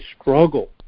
struggle